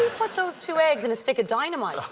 put those two eggs in a stick of dynamite?